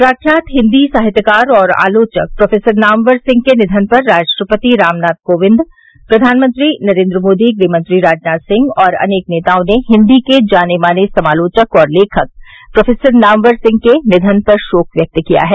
प्रख्यात हिंदी साहित्यकार और आलोचक प्रोफेसर नामवर सिंह के निधन पर राष्ट्रपति रामनाथ कोविंद प्रधानमंत्री नरेन्द्र मोदी गृहमंत्री राजनाथ सिंह और अनेक नेताओं ने हिन्दी के जाने माने समालोचक और लेखक प्रोफेसर नामवर सिंह के निधन पर शोक व्यक्त किया है